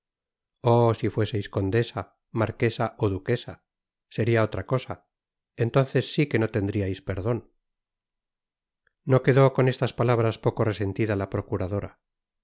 oh si fueseis condesa marquesa ó duquesa sería otra cosa entonces si que no tendriais perdon no quedó coa estas palabras poco resentida la procuradora